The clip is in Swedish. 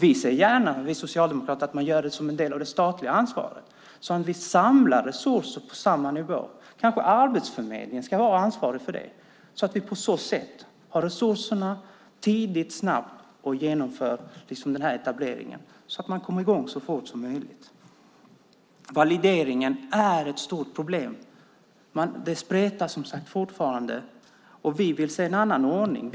Vi socialdemokrater ser gärna att man gör det som en del av det statliga ansvaret så att vi samlar resurserna på samma nivå. Kanske Arbetsförmedlingen ska vara ansvarig för det, så att vi har resurserna och tidigt och snabbt kan genomföra etableringen så att man kommer i gång så fort som möjligt. Valideringen är ett stort problem. Det spretar som sagt fortfarande; vi vill se en annan ordning.